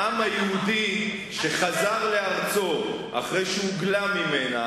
העם היהודי שחזר לארצו אחרי שהוגלה ממנה,